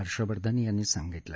हर्षवर्धन यांनी सांगितलं